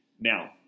Now